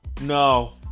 No